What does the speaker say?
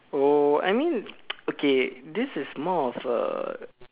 oh I mean okay this is more of a